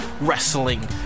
wrestling